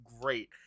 great